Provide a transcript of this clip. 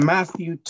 Matthew